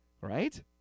Right